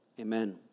Amen